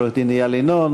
עורך-דין איל ינון.